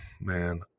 man